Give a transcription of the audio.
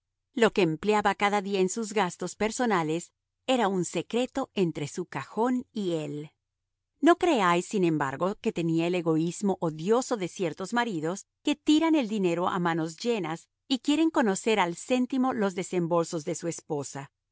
lo que empleaba cada día en sus gastos personales era un secreto entre su cajón y él no creáis sin embargo que tenía el egoísmo odioso de ciertos maridos que tiran el dinero a manos llenas y quieren conocer al céntimo los desembolsos de su esposa